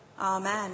Amen